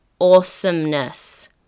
awesomeness